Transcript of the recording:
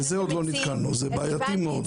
דבריך וזעקתך נשמעו היטב.